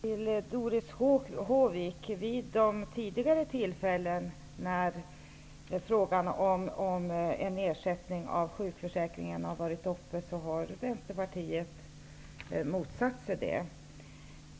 Herr talman! Jag vill säga till Doris Håvik att Vänsterpartiet vid tidigare tillfällen har motsatt sig ändrad ersättning i sjukförsäkringen.